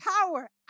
power